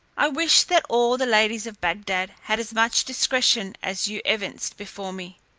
i wish that all the ladies of bagdad had as much discretion as you evinced before me.